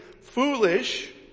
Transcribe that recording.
foolish